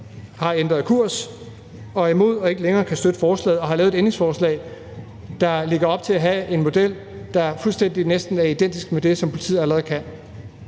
har ændret kurs og er imod og ikke længere kan støtte forslaget og har lavet et ændringsforslag, der lægger op til at have en model, der næsten er fuldstændig identisk med det, som politiet allerede kan,